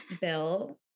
Bill